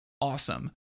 awesome